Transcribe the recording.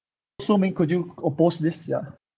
soh ming could you oppose this ya